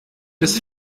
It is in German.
des